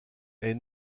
est